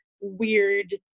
weird